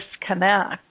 disconnect